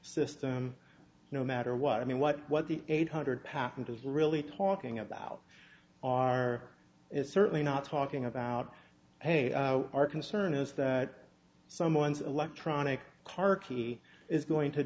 system no matter what i mean what what the eight hundred patent is really talking about are is certainly not talking about hey our concern is that someone's electronic car key is going to